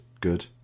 good